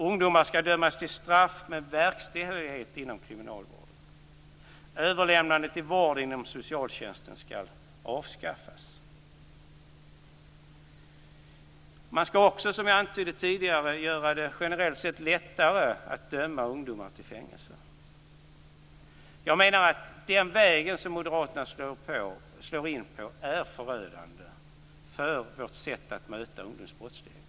Ungdomar skall dömas till straff med verkställighet inom kriminalvården. Överlämnande till vård inom socialtjänsten skall avskaffas. Man skall också, som jag antydde tidigare, göra det generellt sett lättare att döma ungdomar till fängelse. Jag menar att den väg moderaterna slår in på är förödande för vårt sätt att möta ungdomsbrottsligheten.